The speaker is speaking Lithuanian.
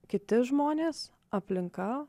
kiti žmonės aplinka